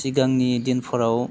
सिगांनि दिनफ्राव